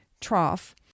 trough